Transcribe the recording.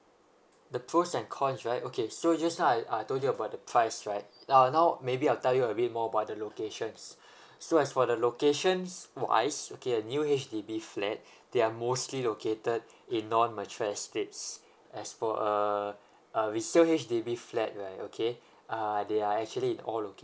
the pros and cons right okay so just now I I told you about the price right now now maybe I'll tell you a bit more about the locations so as for the locations wise okay a new H_D_B flat they are mostly located in non mature estates as for uh a resale H_D_B flat right okay uh they are actually all okay